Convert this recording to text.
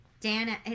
Dan